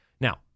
Now